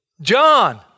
John